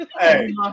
Hey